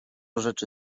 rzeczy